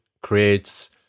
creates